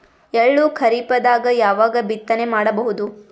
ಎಳ್ಳು ಖರೀಪದಾಗ ಯಾವಗ ಬಿತ್ತನೆ ಮಾಡಬಹುದು?